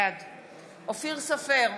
בעד אופיר סופר,